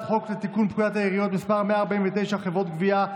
חוק לתיקון פקודת העיריות (מס' 149) (חברות גבייה),